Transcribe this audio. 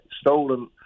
stolen